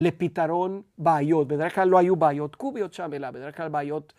לפתרון בעיות. בדרך כלל לא היו בעיות... אלא בדרך כלל בעיות